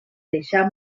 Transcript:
deixà